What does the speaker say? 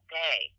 day